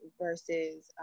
versus